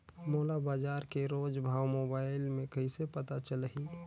मोला बजार के रोज भाव मोबाइल मे कइसे पता चलही?